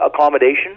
accommodation